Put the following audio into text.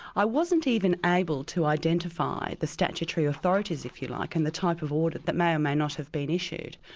i wasn't even able to identify the statutory authorities if you like, and the type of audit that may or may not have been issued.